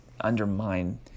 undermine